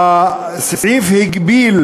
הסעיף הגביל